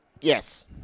Yes